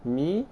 me